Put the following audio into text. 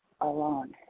alone